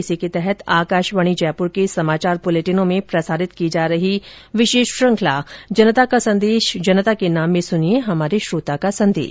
इसी के तहत आकाशवाणी जयपुर के समाचार बुलेटिनों में प्रसारित की जा रही विशेष श्रुखंला जनता का संदेश जनता के नाम में सुनिये हमारे श्रोता का संदेश